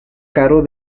caro